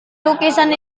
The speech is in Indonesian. lukisan